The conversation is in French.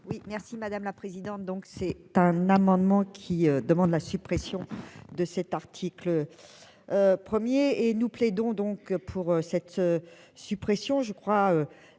merci madame la présidente, donc c'est un amendement qui demande la suppression de cet article 1er et nous plaidons donc pour cette suppression